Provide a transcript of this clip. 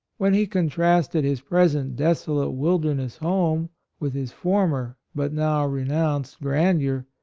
when he contrasted his present desolate wilderness-home with his former but now renounced gran deur,